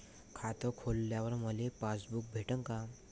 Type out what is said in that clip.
खातं खोलल्यावर मले पासबुक भेटन का?